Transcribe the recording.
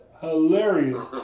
hilarious